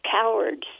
cowards